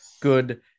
good